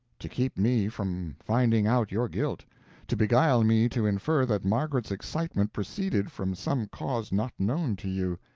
to keep me from finding out your guilt to beguile me to infer that margaret's excitement proceeded from some cause not known to you.